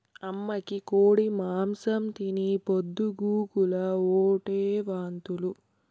అమ్మకి కోడి మాంసం తిని పొద్దు గూకులు ఓటే వాంతులు